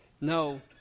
No